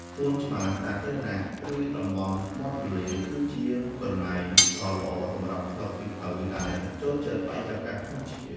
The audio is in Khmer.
សួនច្បារសាធារណៈ ឬតំបន់មាត់ទន្លេ គឺជាកន្លែងដ៏ល្អសម្រាប់ក្លឹបសៀវភៅដែលចូលចិត្តបរិយាកាសធម្មជាតិ។